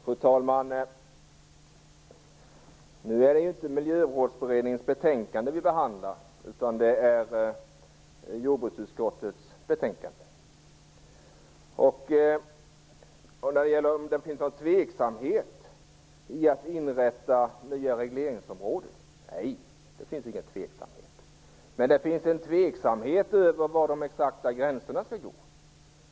Fru talman! Nu är det inte Miljövårdsberedningens betänkande vi behandlar utan jordbruksutskottets betänkande. Nej, det finns inga tveksamheter att inrätta nya regleringsområden. Men det finns en tveksamhet om var de exakta gränserna skall gå.